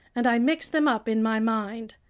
and i mix them up in my mind.